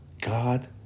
God